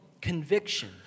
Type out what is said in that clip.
conviction